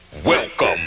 Welcome